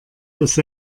dass